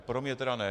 Pro mě tedy ne.